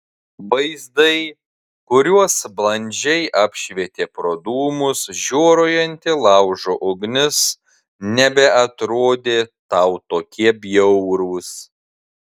vaizdai kuriuos blandžiai apšvietė pro dūmus žioruojanti laužo ugnis nebeatrodė tau tokie bjaurūs